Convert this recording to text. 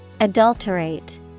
Adulterate